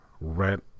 Red